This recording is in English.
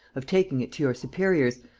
of taking it to your superiors,